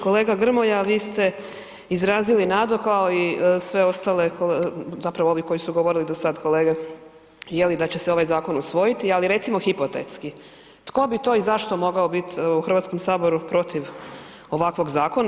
Kolega Grmoja, vi ste izrazili nadu kao i sve ostale zapravo ovi koji su govorili do sad kolege je li, da će se ovaj zakon usvojiti ali recimo hipotetski, tko bi to i zašto mogao biti u Hrvatskom saboru protiv ovakvog zakona?